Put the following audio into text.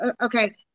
okay